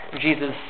Jesus